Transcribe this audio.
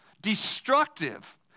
destructive